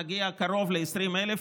נגיע לקרוב ל-20,000,